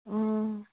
অঁ